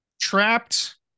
trapped